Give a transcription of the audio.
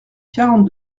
quarante